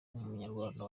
umunyarwanda